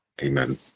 Amen